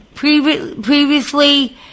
previously